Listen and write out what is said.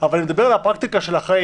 אבל אני מדבר על הפרקטיקה של החיים.